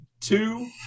Two